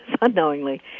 unknowingly